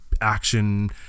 action